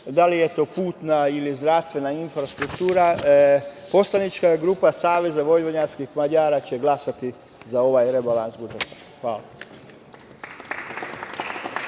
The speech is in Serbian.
da li je to putna ili zdravstvena infrastruktura, poslanička grupa Saveta vojvođanskih Mađara će glasati za ovaj rebalans budžeta. Hvala.